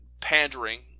pandering